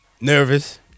Nervous